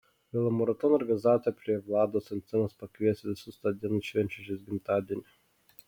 velomaratono organizatoriai prie vlados ant scenos pakvies visus tądien švenčiančius gimtadienį